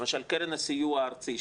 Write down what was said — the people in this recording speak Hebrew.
למשל קרן הסיוע הארצי,